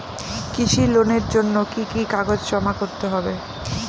কৃষি লোনের জন্য কি কি কাগজ জমা করতে হবে?